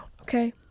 okay